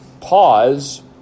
pause